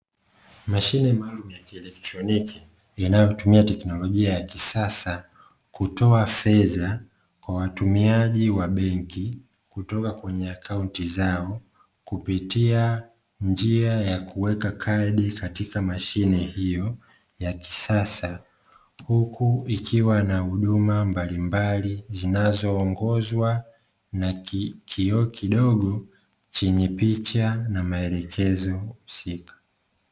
Mashine maalumu ya kielektroniki inayotumia teknolojia ya kisasa kutoa fedha kwa watumiaji wa benki kutoka kwenye akaunti zao, kupitia njia ya kuweka kadi kwenye mashine hiyo ya kisasa. Huku ikiwa na huduma mbalimbali zinazoongozwa na kioo kidogo chenye picha na maelekezo husika.